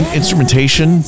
instrumentation